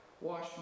Wash